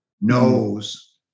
knows